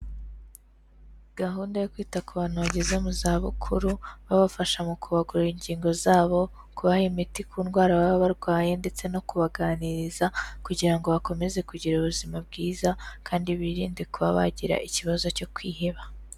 Gahunda yo kwita ku bantu bageze mu zabukuru, babafasha mu kubagorora ingingo zabo, kubaha imiti ku ndwara baba barwaye ndetse no kubaganiriza kugira ngo bakomeze kugira ubuzima bwiza kandi birinde kuba bagira ikibazo cyo kwiheba.